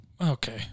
Okay